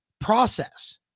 process